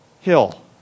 hill